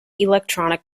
electronic